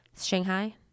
Shanghai